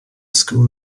school